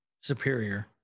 superior